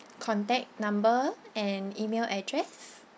contact number and email address